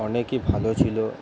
অনেকই ভালো ছিল